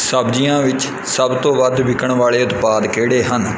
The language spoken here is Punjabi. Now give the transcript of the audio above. ਸਬਜ਼ੀਆਂ ਵਿੱਚ ਸਭ ਤੋਂ ਵੱਧ ਵਿਕਣ ਵਾਲੇ ਉਤਪਾਦ ਕਿਹੜੇ ਹਨ